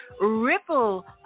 ripple